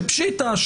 שפשיטא,